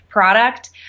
product